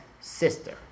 sister